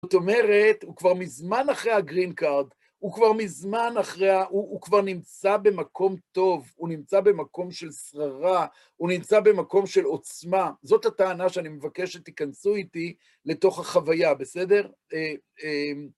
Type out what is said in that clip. זאת אומרת, הוא כבר מזמן אחרי הגרין קארד, הוא כבר מזמן אחרי ה.. הוא הוא כבר נמצא במקום טוב, הוא נמצא במקום של שררה, הוא נמצא במקום של עוצמה. זאת הטענה שאני מבקש שתיכנסו איתי לתוך החוויה, בסדר? אמ..